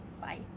bye